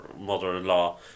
mother-in-law